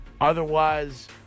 Otherwise